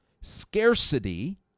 Scarcity